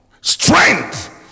strength